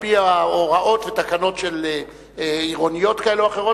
על-פי הוראות ותקנות עירוניות כאלה ואחרות